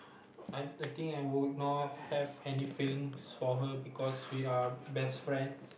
I I think I would not have any feelings for her because we are best friends